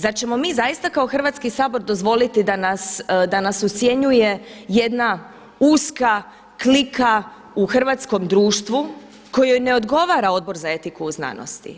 Zar ćemo mi zaista kao Hrvatski sabor dozvoliti da nas ucjenjuje jedna uska klika u hrvatskom društvu kojoj ne odgovara Odbor za etiku u znanosti?